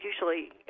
Usually